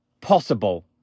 possible